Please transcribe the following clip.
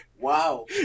Wow